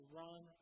run